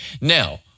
Now